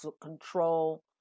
control